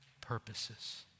purposes